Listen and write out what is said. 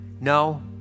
No